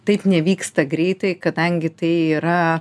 taip nevyksta greitai kadangi tai yra